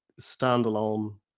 standalone